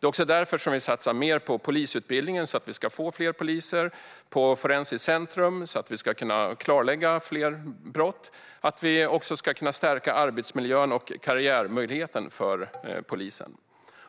Det är också därför vi satsar mer på polisutbildningen så att vi ska få fler poliser, på Forensiskt centrum så att vi ska kunna klarlägga fler brott och på att stärka arbetsmiljön och karriärmöjligheterna för poliser.